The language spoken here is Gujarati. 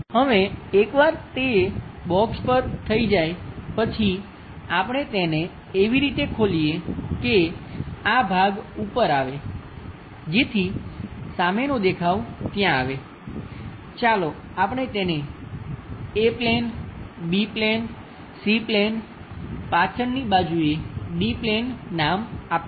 હવે એકવાર તે બોક્સ પર થઈ જાય પછી આપણે તેને એવી રીતે ખોલીએ કે આ ભાગ ઉપર આવે જેથી સામેનો દેખાવ ત્યાં આવે ચાલો આપણે તેને A plane B plane C plane પાછળની બાજુએ ડી પ્લેન નામ આપીએ